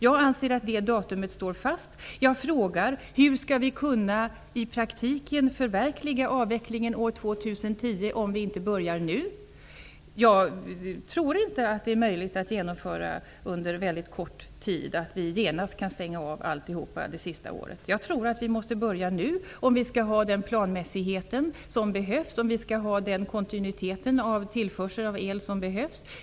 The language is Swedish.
Jag anser att datumet ligger fast och undrar: Hur skall vi i praktiken kunna förverkliga avvecklingen till år 2010 om vi inte börjar nu? Jag tror inte att det är möjligt att genomföra avvecklingen på mycket kort tid eller att vi på en gång kan stänga av alltihopa det sista året. Vi måste börja nu om vi skall ha den planmässighet och den kontinuitet i tillförsel av el som behövs.